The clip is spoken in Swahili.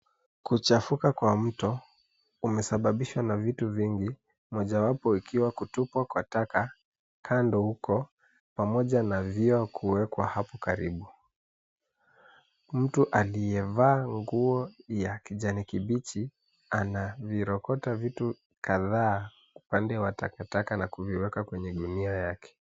Kuchafuka kwa mto kumesababishwa na vitu vingi mojawapo ikiwa kutupwa kwa taka kando uko pamoja na vioo kuwekwa apo karibu. Mtu aliyevaa nguo ya kijani kibichi anavirokota vitu kadhaa upande wa takataka na kuviweka kwenye gunia yake.